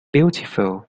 beautiful